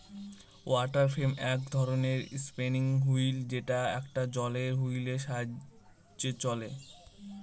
water frame এক ধরনের spinning wheel যেটা একটা জলের হুইলের সাহায্যে চলে